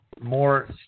more